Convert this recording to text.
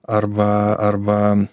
arba arba